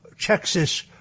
Texas